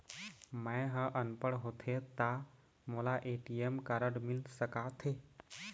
मैं ह अनपढ़ होथे ता मोला ए.टी.एम कारड मिल सका थे?